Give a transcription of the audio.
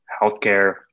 healthcare